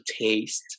taste